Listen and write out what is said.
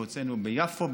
הוצאנו ביפו,